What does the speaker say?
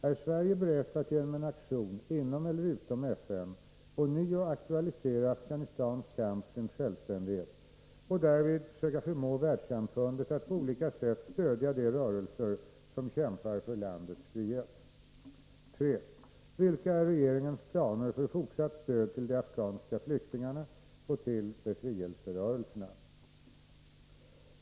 Är Sverige berett att genom en aktion inom eller utom FN ånyo aktualisera Afghanistans kamp för sin självständighet och därvid söka förmå världssamfundet att på olika sätt stödja de rörelser som kämpar för landets frihet? 3. Vilka är regeringens planer för fortsatt stöd till de afghanska flyktingarna och till befrielserörelserna?